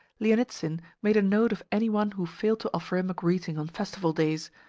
lienitsin made a note of any one who failed to offer him a greeting on festival days,